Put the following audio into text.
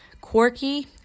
quirky